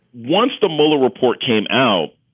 once the mueller report came out,